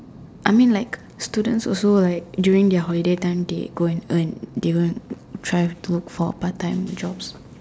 I mean like students also like during their holiday time they go and earn they go and try to look for part-time jobs